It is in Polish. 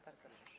Bardzo proszę.